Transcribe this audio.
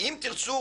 "אם תרצו"?